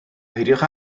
peidiwch